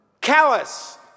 callous